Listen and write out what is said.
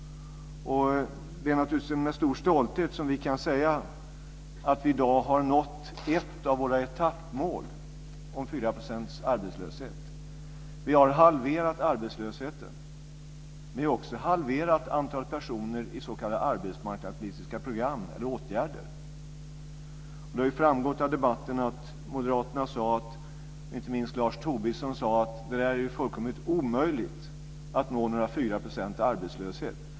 Det är naturligtvis med stor stolthet som vi kan säga att vi i dag har nått ett av våra etappmål, det om 4 % arbetslöshet. Vi har halverat arbetslösheten. Vi har också halverat antalet personer i s.k. arbetsmarknadspolitiska program eller åtgärder. Det har ju redan framgått av debatten att Moderaterna, inte minst Lars Tobisson, sade att det var fullkomligt omöjligt att nå 4 % arbetslöshet.